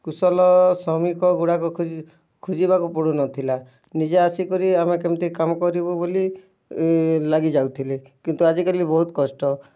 କୁଶଲ ଶ୍ରମିକଗୁଡ଼ାକ ଖୁଜି ଖୁଜିବାକୁ ପଡ଼ୁନଥିଲା ନିଜେ ଆସିକରି ଆମେ କେମିତି କାମ କରିବୁ ବୋଲି ଲାଗିଯାଉଥିଲେ କିନ୍ତୁ ଆଜିକାଲି ବହୁତ କଷ୍ଟ